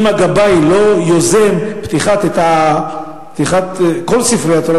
אם הגבאי לא יוזם פתיחת כל ספרי התורה,